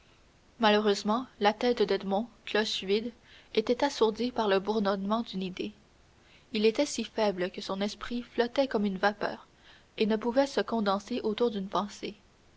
malheureusement la tête d'edmond cloche vide était assourdie par le bourdonnement d'une idée il était si faible que son esprit flottait comme une vapeur et ne pouvait se condenser autour d'une pensée